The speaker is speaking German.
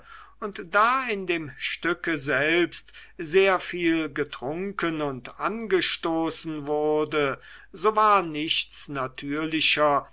und da in dem stücke selbst sehr viel getrunken und angestoßen wurde so war nichts natürlicher